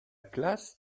classe